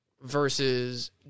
versus